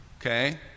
Okay